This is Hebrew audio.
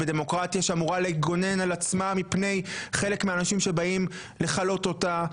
בדמוקרטיה שאמורה לגונן על עצמה מפני חלק מהאנשים שבאים לכלות אותה,